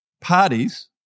Parties